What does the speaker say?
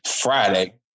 Friday